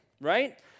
right